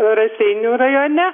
raseinių rajone